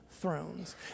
thrones